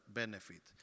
benefit